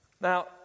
Now